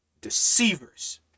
deceivers